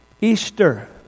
Easter